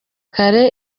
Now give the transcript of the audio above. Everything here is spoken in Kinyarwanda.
kare